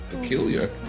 peculiar